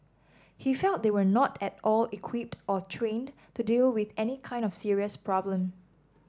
he felt they were not at all equipped or trained to deal with any kind of serious problem